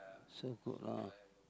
so good lah